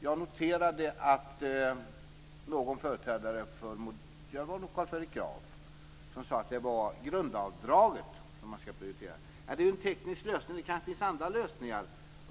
Jag noterade att någon företrädare för Moderaterna - jag tror att det var Carl Fredrik Graf - sade att det är grundavdraget som skall prioriteras. Det är en teknisk lösning, men det kanske finns andra lösningar.